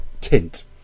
tint